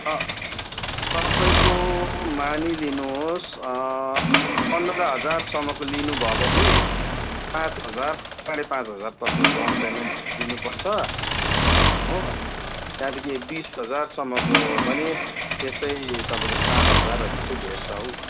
तपाईँको मानिलिनुहोस् पन्ध्र हजारसम्मको लिनुभयो भने पाँच हजार साँढे पाँच हजार तपाईँको डाउन पेमेन्ट दिनुपर्छ हो त्यहाँदेखि बिस हजारसम्मको पनि त्यस्तै तपाईँको सात हजारहरू चाहिँ भेट्छ हौ